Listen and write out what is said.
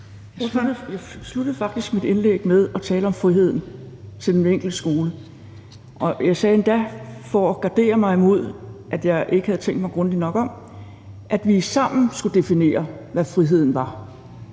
Jeg sluttede faktisk mit indlæg med at tale om friheden til den enkelte skole, og jeg sagde endda – for at gardere mig mod ikke at skulle have tænkt mig grundigt nok om – at vi sammen skulle definere, hvad friheden var.